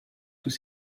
tous